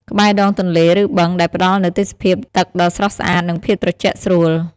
ក្បែរដងទន្លេ ឬបឹង ដែលផ្តល់នូវទេសភាពទឹកដ៏ស្រស់ស្អាត និងភាពត្រជាក់ស្រួល។